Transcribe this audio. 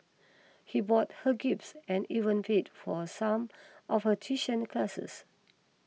he bought her gifts and even paid for some of her tuition classes